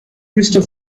crystal